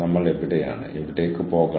നമ്മൾക്ക് വിദഗ്ധരെ ലഭിക്കുന്നു